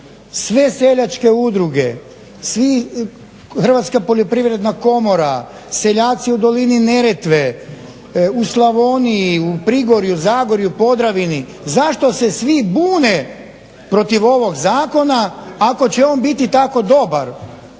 sve seljačke udruge, Hrvatska poljoprivredna komora, seljaci u dolini Neretve, u Slavoniji, u Prigorju, Zagorju, Podravini. Zašto se svi bune protiv ovog zakona ako će on biti tako dobar.